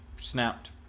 snapped